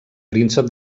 príncep